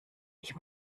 ich